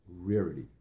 rarity